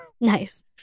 Nice